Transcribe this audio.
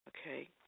Okay